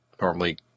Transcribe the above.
normally